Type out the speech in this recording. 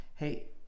Hey